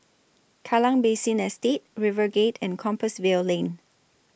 Kallang Basin Estate RiverGate and Compassvale Lane